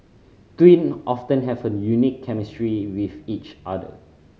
twin often have a unique chemistry with each other